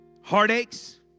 heartaches